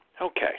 Okay